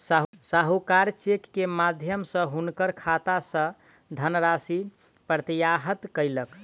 साहूकार चेक के माध्यम सॅ हुनकर खाता सॅ धनराशि प्रत्याहृत कयलक